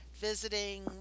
visiting